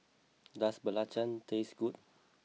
does belacan taste good